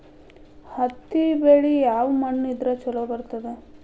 ಹತ್ತಿ ಬೆಳಿ ಯಾವ ಮಣ್ಣ ಇದ್ರ ಛಲೋ ಬರ್ತದ?